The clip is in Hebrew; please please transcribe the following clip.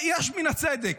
יש מן הצדק.